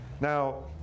Now